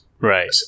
Right